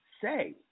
say